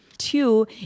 Two